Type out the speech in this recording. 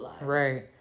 right